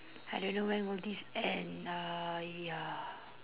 I don't know when will this end uh ya